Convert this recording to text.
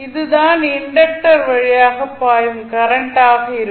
இது தான் இண்டக்டர் வழியாக பாயும் கரண்ட் ஆக இருக்கும்